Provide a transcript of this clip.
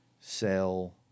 sell